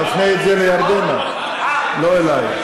תפנה את זה לירדנה, לא אלי.